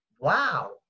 Wow